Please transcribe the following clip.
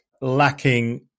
lacking